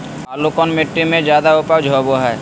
आलू कौन मिट्टी में जादा ऊपज होबो हाय?